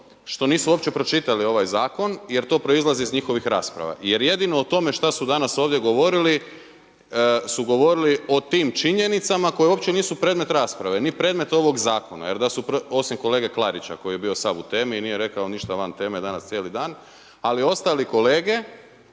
što nisu uopće pročitali ovaj zakon jer to proizlazi iz njihovih rasprava. Jer jedino o tome šta su danas ovdje govorili su govorili o tim činjenicama koje uopće nisu predmet rasprave. Ni predmet ovoga zakona, osim kolege Klarića koji je bio sav u temi i nije rekao ništa van teme danas cijeli dan. Ali ostali kolege,